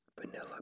vanilla